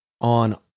on